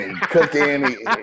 cooking